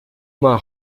uma